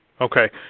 Okay